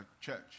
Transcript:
church